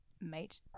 mate